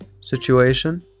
situation